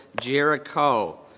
Jericho